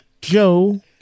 Joe